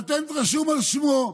פטנט רשום על שמו.